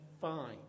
fine